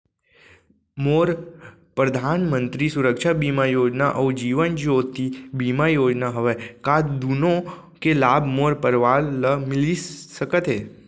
मोर परधानमंतरी सुरक्षा बीमा योजना अऊ जीवन ज्योति बीमा योजना हवे, का दूनो के लाभ मोर परवार ल मिलिस सकत हे?